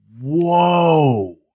whoa